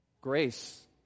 grace